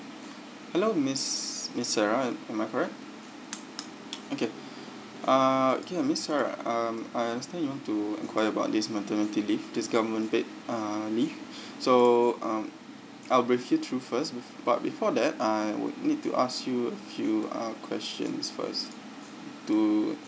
hello miss miss S E R A am I correct okay uh okay miss S E R A um uh I understand you want to enquire about this maternity leave this government paid uh leave so um I'll brief you through first but before that I would need to ask you a few uh questions first to